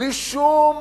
בלי שום